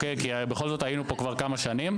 כי בכל זאת היינו פה כבר כמה שנים.